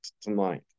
tonight